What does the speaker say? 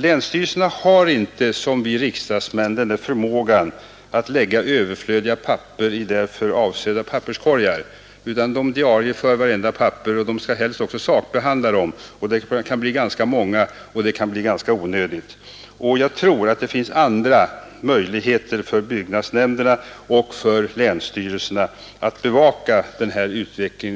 Länstyrelserna har inte som vi riksdagsmän förmågan att lägga överflödiga papper i därför avsedda papperskorgar. De diarieför alla papper och skall helst även sakbehandla dem; det kan bli ganska mycket och ganska onödigt. Jag tror att det finns andra möjligheter för byggnadsnämnderna och länstyrelserna att bevaka